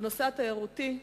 בנושא התיירותי,